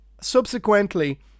Subsequently